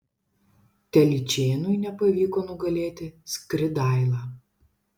telyčėnui nepavyko nugalėti skridailą